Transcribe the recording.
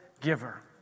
giver